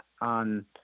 on